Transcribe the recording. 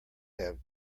have